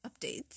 updates